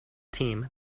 team